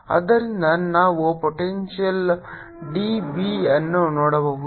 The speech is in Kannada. ಆದ್ದರಿಂದ ನಾವು ಪೊಟೆಂಶಿಯಲ್ d b ಅನ್ನು ನೋಡಬಹುದು